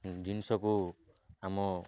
ଜିନିଷକୁ ଆମ